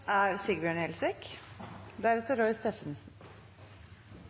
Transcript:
Sigbjørn Gjelsvik